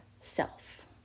self